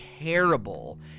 terrible